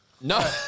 No